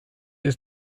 ist